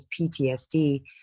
PTSD